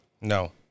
No